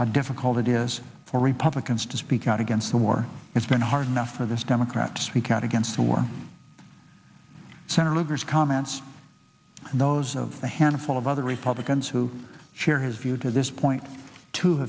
how difficult it is for republicans to speak out against the war it's been hard enough for this democrats we count against the war senator lugar's comments and those of a handful of other republicans who share his view to this point to